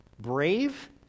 brave